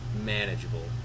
manageable